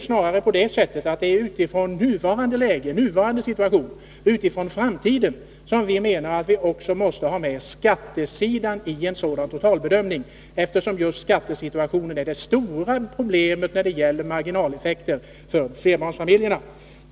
Snarare är det så, att vi menar att man med tanke på framtiden måste ha med skatterna vid en sådan totalbedömning, eftersom just skattesituationen är det stora problemet för barnfamiljerna när det gäller marginaleffekter.